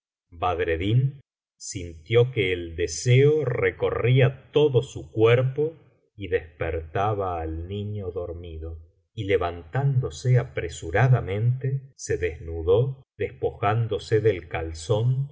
badreddin sintió que el deseo recorría tocio su cuerpo y despertaba al niño dormido y levantándose apresuradamente se desnudó despojándose del calzón